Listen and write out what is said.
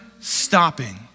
stopping